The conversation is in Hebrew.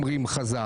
כמו שאומרים חז"ל.